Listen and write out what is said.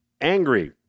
angry